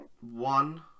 one